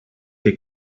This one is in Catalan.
que